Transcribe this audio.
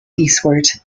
eastward